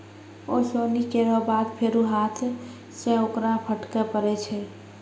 ओसौनी केरो बाद फेरु हाथ सें ओकरा फटके परै छै